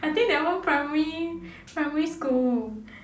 I think that one primary primary school